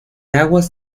aguas